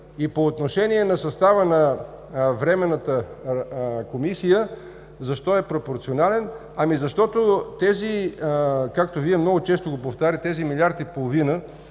И по отношение на състава на Временната комисия – защо е пропорционален? Ами защото, както Вие много често го повтаряте, тези 1 милиард и половина